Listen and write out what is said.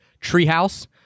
Treehouse